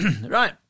Right